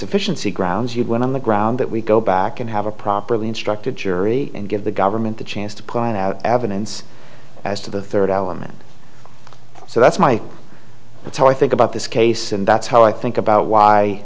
insufficiency grounds you've won on the ground that we go back and have a properly instructed jury and give the government the chance to put out evidence as to the third element so that's my that's how i think about this case and that's how i think about why